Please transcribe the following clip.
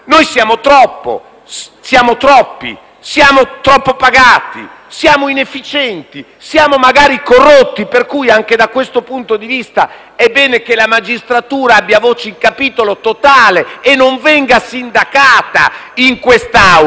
siamo troppi, siamo troppo pagati, siamo inefficienti, magari siamo corrotti per cui, anche da questo punto di vista, è bene che la magistratura abbia voce in capitolo totale e non venga sindacata in quest'Aula perché